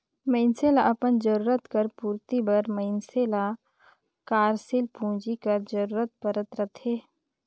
मइनसे ल अपन जरूरत कर पूरति बर मइनसे ल कारसील पूंजी कर जरूरत परत रहथे